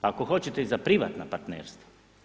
Ako hoćete i za privatna partnerstva.